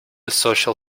social